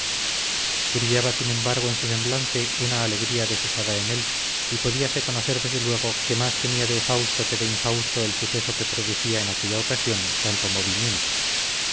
brillaba sin embargo en su semblante una alegría desusada en él y podíase conocer desde luego que más tenía de fausto que de infausto el suceso que producía en aquella ocasión tanto movimiento